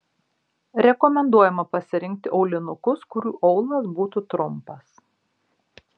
rekomenduojama pasirinkti aulinukus kurių aulas būtų trumpas